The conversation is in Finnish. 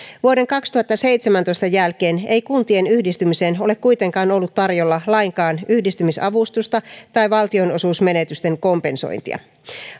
vuoden kaksituhattaseitsemäntoista jälkeen ei kuntien yhdistymiseen ole kuitenkaan ollut tarjolla lainkaan yhdistymisavustusta tai valtionosuusmenetysten kompensointia